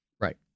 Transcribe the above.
Right